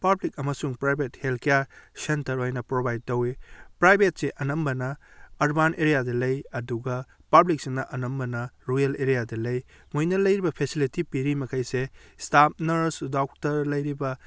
public ꯑꯃꯁꯨꯡ private health care centre ꯑꯣꯏꯅ provide ꯇꯧꯏ ꯄ꯭ꯔꯥꯏꯕꯦꯠꯁꯤ ꯑꯅꯝꯕꯅ ꯎꯔꯕꯥꯟ ꯑꯦꯔꯤꯌꯥꯗ ꯂꯩ ꯑꯗꯨꯒ ꯄꯥꯕ꯭ꯂꯤꯛꯁꯤꯅ ꯑꯅꯝꯕꯅ ꯔꯨꯔꯨꯜ ꯑꯦꯔꯤꯌꯥꯗ ꯂꯩ ꯃꯣꯏꯅ ꯂꯩꯔꯤꯕ ꯐꯦꯁꯤꯂꯤꯇꯤ ꯄꯤꯔꯤ ꯃꯈꯩꯁꯦ ꯏꯁꯇꯥꯐ ꯅꯔꯁ ꯗꯣꯛꯇꯔ ꯂꯩꯔꯤꯕ